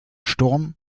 storm